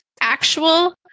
actual